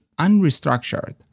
unrestructured